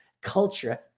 Culture